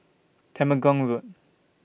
Temenggong Road